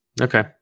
Okay